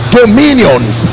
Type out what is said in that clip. dominions